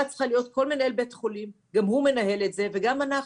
כל מנהל בית חולים גם מנהל את זה וגם אנחנו,